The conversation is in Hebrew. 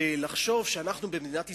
לחשוב שאנחנו במדינת ישראל,